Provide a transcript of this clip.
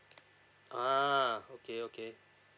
uh okay okay